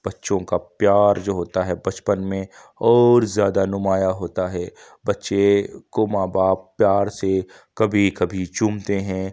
بچوں کو پیار جو ہوتا ہے بچپن میں اور زیادہ نمایاں ہوتا ہے بچے کو ماں باپ پیار سے کبھی کبھی چومتے ہیں